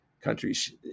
countries